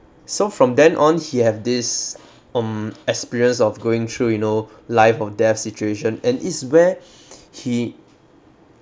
so from then on he have this um experience of going through you know life or death situation and it's where he